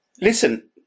Listen